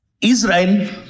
Israel